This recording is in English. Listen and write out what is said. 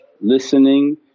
listening